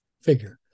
figure